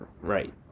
Right